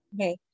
Okay